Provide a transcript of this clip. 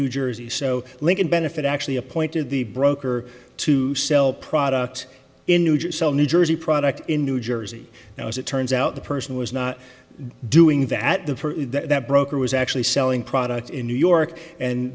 new jersey so lincoln benefit actually appointed the broker to sell product in nugent sell new jersey product in new jersey now as it turns out the person was not doing that the that broker was actually selling product in new york and